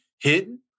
hidden